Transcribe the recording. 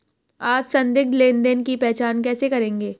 आप संदिग्ध लेनदेन की पहचान कैसे करेंगे?